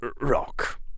rock